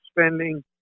spending